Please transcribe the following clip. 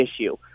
issue